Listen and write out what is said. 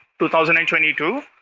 2022